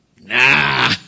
nah